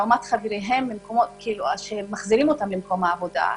לעומת חבריהם שמחזירים אותם למקום העבודה פיזית,